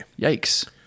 Yikes